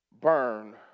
Burn